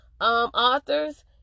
authors